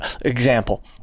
Example